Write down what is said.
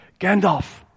Gandalf